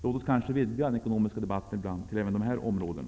Låt oss vidga den ekonomiska debatten till att omfatta även dessa områden.